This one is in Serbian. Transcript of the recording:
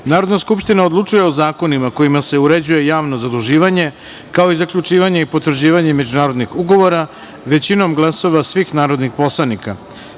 Narodna skupština odlučuje o zakonima kojima se određuje javno zaduživanje, kao i zaključivanje i potraživanje međunarodnih ugovora većinom glasova svih narodnih poslanika.S